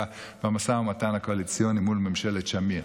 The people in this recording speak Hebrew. במשא ומתן הקואליציוני מול ממשלת שמיר,